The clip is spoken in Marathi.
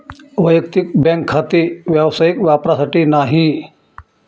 वैयक्तिक बँक खाते व्यावसायिक वापरासाठी नाही